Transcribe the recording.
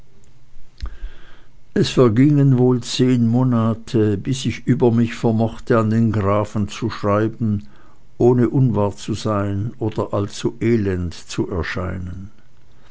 es vergingen wohl zehn monate bis ich über mich vermochte an den grafen zu schreiben ohne unwahr zu sein oder allzu elend zu erscheinen